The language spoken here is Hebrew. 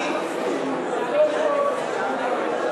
אני היום לא ממהר לשום מקום,